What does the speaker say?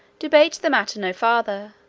debate the matter no farther,